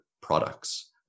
products